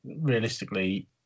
realistically